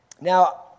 Now